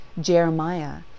Jeremiah